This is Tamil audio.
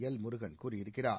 எல்முருகன் கூறியிருக்கிறார்